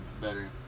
better